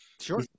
Sure